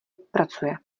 pracuje